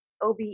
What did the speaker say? OBE